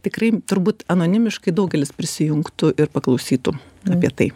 tikrai turbūt anonimiškai daugelis prisijungtų ir paklausytų apie tai